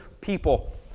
people